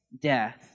death